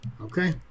Okay